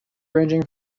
ranging